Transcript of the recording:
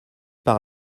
par